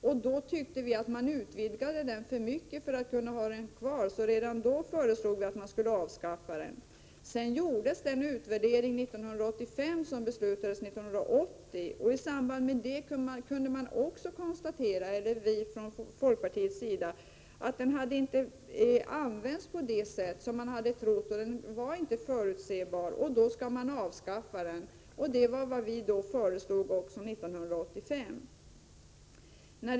Vi tyckte att generalklausulen utvidgades för mycket, så redan då föreslog vi att den skulle avskaffas. Det gjordes sedan en utvärdering år 1985, och i samband med den kunde vi från folkpartiets sida konstatera att generalklausulen inte hade använts på det sätt som vi hade trott — effekterna var inte förutsebara. Då bör man avskaffa den, och det var också vad vi föreslog 1985.